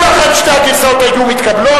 אם אכן שתי הגרסאות היו מתקבלות,